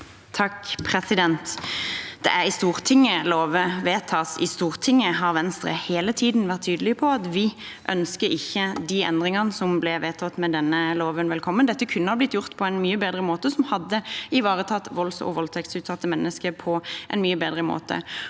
(V) Det er i Stortinget lover vedtas. I Stortinget har Venstre hele tiden vært tydelig på at vi ikke ønsker velkommen de endringene som ble vedtatt med denne loven. Dette kunne ha blitt gjort på en mye bedre måte, som hadde ivaretatt volds- og voldtektsutsatte mennesker på en mye bedre måte.